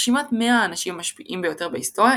ברשימת 100 האנשים המשפיעים ביותר בהיסטוריה,